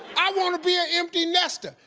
i wanna be an empty nester.